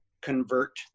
convert